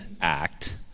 act